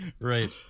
Right